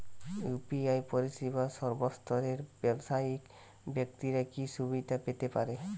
UPI পরিসেবা সর্বস্তরের ব্যাবসায়িক ব্যাক্তিরা কি সুবিধা পেতে পারে?